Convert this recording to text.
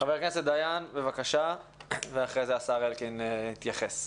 חבר הכנסת דיין, בבקשה, ואחרי זה השר אלקין יסכם.